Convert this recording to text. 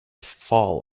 fall